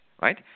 right